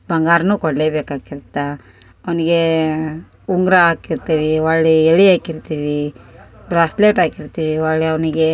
ಬಂಗಾರನು ಕೊಡ್ಲೆ ಬೇಕು ಆಗಿರ್ತ್ತೆ ಅವ್ನಿಗೆ ಉಂಗುರ ಹಾಕಿರ್ತಿವೀ ಹೊಳ್ಳೀ ಎಳೆ ಹಾಕಿರ್ತಿವೀ ಬ್ರಾಸ್ಲೇಟ್ ಹಾಕಿರ್ತೀವಿ ಹೊಳ್ಳೆ ಅವ್ನಿಗೆ